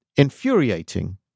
Infuriating